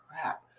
crap